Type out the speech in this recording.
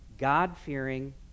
God-fearing